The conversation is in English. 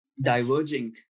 diverging